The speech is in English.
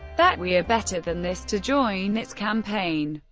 that we are better than this to join its campaign.